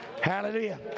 Hallelujah